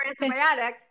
Antibiotic